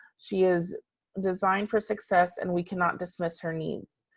she is designed for success and we cannot dismiss her needs.